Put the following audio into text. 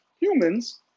humans